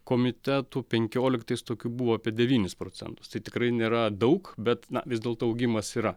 komitetų penkioliktais tokių buvo apie devynis procentus tai tikrai nėra daug bet vis dėlto augimas yra